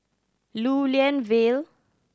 Lew Lian Vale